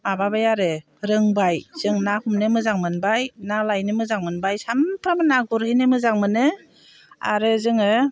माबाबाय आरो रोंबाय जों ना हमनो मोजां मोनबाय नालायनो मोजां मोनबाय सामफ्रामबो ना गुरहैनो मोजां मोनो आरो जोङो